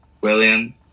William